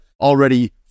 already